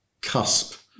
cusp